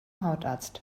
hautarzt